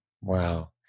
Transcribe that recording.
Wow